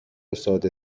ساده